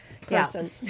person